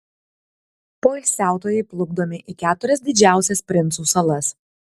poilsiautojai plukdomi į keturias didžiausias princų salas